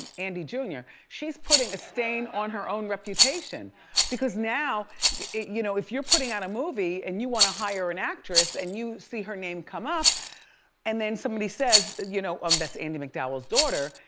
andie jr, she's putting a stain on her own reputation because now you you know, if you're putting out a movie and you want to hire an actress and you see her name come up and then somebody says, you know, um that's andie macdowell's daughter.